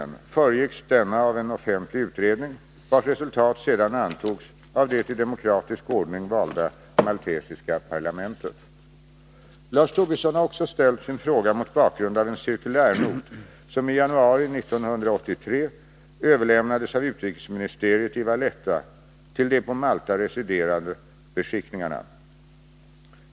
offentlig utredning, vars resultat sedan antogs av det i demokratisk ordning 25 Lars Tobisson har också ställt sin fråga mot bakgrund av en cirkulärnot som i januari 1983 överlämnades av utrikesministeriet i Valetta till de på Malta residerande beskickningarna.